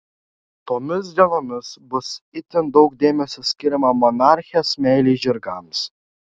tomis dienomis bus itin daug dėmesio skiriama monarchės meilei žirgams